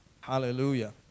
Hallelujah